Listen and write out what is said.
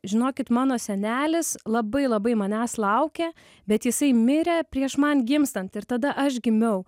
žinokit mano senelis labai labai manęs laukė bet jisai mirė prieš man gimstant ir tada aš gimiau